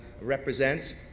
represents